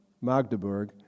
Magdeburg